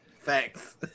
Thanks